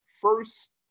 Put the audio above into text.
first